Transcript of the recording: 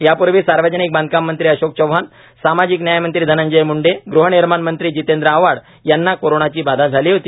यापूर्वी सार्वजनिक बांधकाम मंत्री अशोक चव्हाण सामाजिक न्यायमंत्री धनंजय मुंडे गृहनिर्माण मंत्री जितेंद्र आव्हाड यांना कोरोनाची बाधा झाली होती